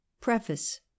Preface